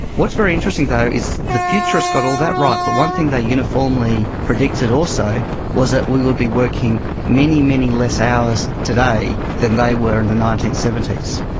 what is very interesting though is the futurists got all that right, but one thing they uniformly predicted also was that we would be working many, many less hours today than they were in the nineteen seventy s,